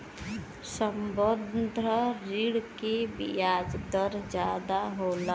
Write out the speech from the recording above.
संबंद्ध ऋण के बियाज दर जादा होला